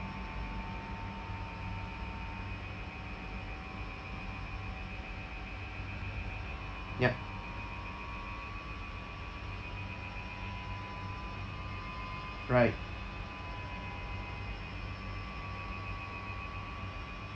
yup right